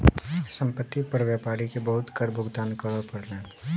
संपत्ति पर व्यापारी के बहुत कर भुगतान करअ पड़लैन